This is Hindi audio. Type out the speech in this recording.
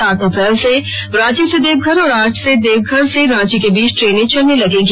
सात अप्रैल से रांची से देवघर और आठ से देवघर से रांची के बीच ट्रेन चलने लगेगी